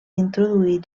introduir